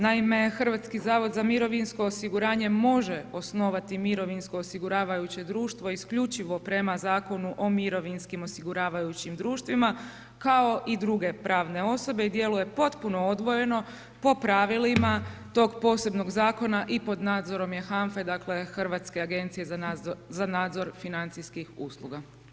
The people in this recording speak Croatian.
Naime, HZMO osiguranje može osnovati mirovinsko osiguravajuće društvo isključivo prema Zakonu o mirovinskim osiguravajućim društvima kao i druge pravne osobe i djeluje potpuno odvojeno po pravilima tog posebnog zakona i pod nadzorom je HANFA-e dakle Hrvatske agencije za nadzor financijskih usluga.